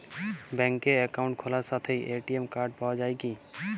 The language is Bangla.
ব্যাঙ্কে অ্যাকাউন্ট খোলার সাথেই এ.টি.এম কার্ড পাওয়া যায় কি?